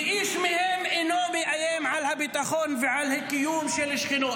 ואיש מהם אינו מאיים על הביטחון ועל הקיום של שכנו,